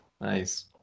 Nice